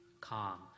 calm